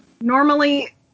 Normally